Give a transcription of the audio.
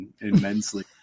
immensely